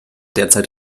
derzeit